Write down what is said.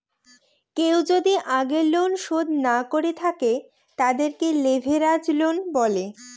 কেউ যদি আগের লোন শোধ না করে থাকে, তাদেরকে লেভেরাজ লোন বলে